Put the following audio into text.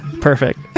Perfect